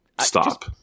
Stop